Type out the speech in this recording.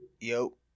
yo